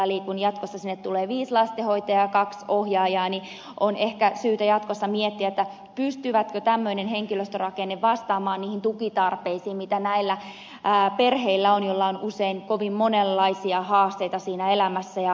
eli kun jatkossa sinne tulee viisi lastenhoitajaa ja kaksi ohjaajaa niin on ehkä syytä jatkossa miettiä pystyykö tämmöinen henkilöstörakenne vastaamaan niihin tukitarpeisiin mitä on näillä perheillä joilla on usein kovin monenlaisia haasteita siinä elämässä ja arjessa